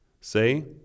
Say